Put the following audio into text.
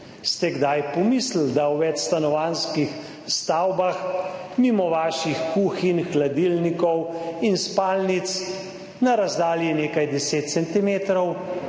Ste kdaj pomislili, da v večstanovanjskih stavbah mimo vaših kuhinj, hladilnikov in spalnic na razdalji nekaj 10